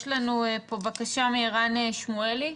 יש לנו פה בקשה מערן שמואלי.